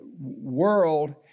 world